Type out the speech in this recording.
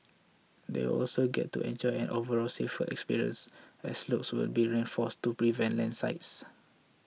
they will also get to enjoy an overall safer experience as slopes will be reinforced to prevent landslides